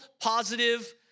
positive